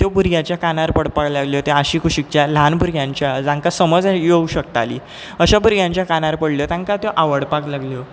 त्यो भुरग्याच्या कानार पडपाक लागल्यो त्या आशि कुशिकच्या ल्हान भुरग्यांच्या जांकां समज येवंक शकताली अशा भुरग्यांच्या कानार पडल्यो तांकां त्यो आवडपाक लागल्यो